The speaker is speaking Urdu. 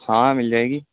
ہاں مل جائے گی